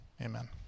amen